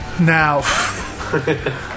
now